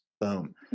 boom